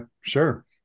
sure